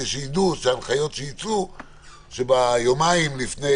למה הוסיפו עוד יומיים?